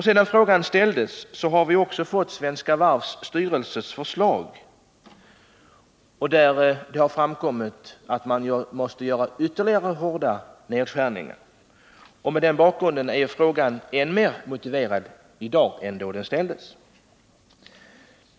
Sedan frågan ställdes har vi också fått Svenska Varvs styrelses förslag, varav det framgår att det måste göras ytterligare hårda nedskärningar. Mot denna bakgrund är frågan än mer motiverad i dag än då den ställdes.